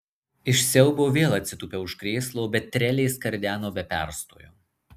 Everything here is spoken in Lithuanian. iš siaubo vėl atsitūpiau už krėslo bet trelė skardeno be perstojo